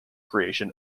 creation